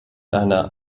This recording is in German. einer